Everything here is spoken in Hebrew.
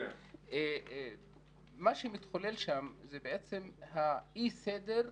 מה שמתחולל שם זה האי-סדר בהתגלמותו.